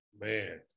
man